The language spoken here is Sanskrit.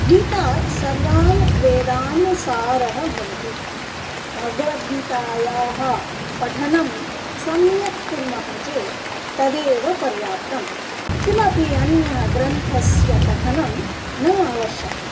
गीता सर्वान् वेदान् सारः भवति भगवद्गीतायाः पठनं सम्यक् कुर्मः चेत् तदेव पर्याप्तं किमपि अन्य ग्रन्थस्य पठनं न आवश्यकम्